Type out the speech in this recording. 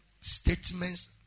statements